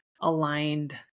aligned